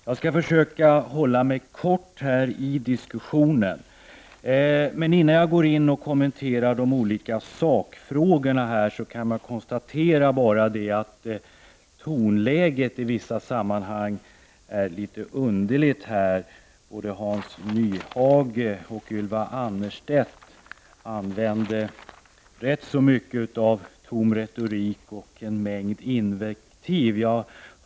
Jag skall försöka fatta mig kort, men innan jag kommenterar de olika sakfrågorna vill jag konstatera att tonläget i vissa sammanhang är litet underligt här. Både Hans Nyhage och Ylva Annerstedt använde rätt så mycket av tom retorik och en mängd invektiv.